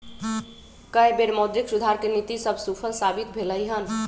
कय बेर मौद्रिक सुधार के नीति सभ सूफल साबित भेलइ हन